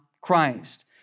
Christ